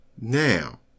Now